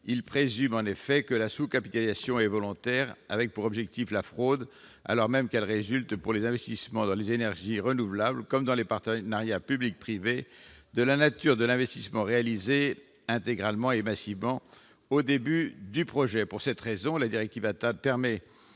Il présume en effet que la sous-capitalisation est volontaire, avec pour objectif la fraude, alors même qu'elle résulte, pour les investissements dans les énergies renouvelables comme dans les partenariats public-privé, de la nature de l'investissement, réalisé intégralement et massivement au début du projet. Pour cette raison, la directive ATAD permet